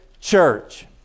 church